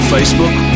Facebook